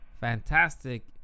fantastic